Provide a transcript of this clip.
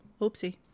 oopsie